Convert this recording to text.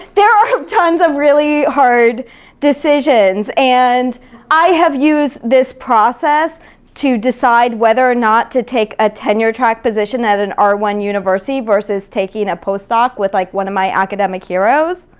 there are tons of really hard decisions, and i have used this process to decide whether or not to take a tenure-track position at an r one university versus taking a postdoc with like one of my academic heroes.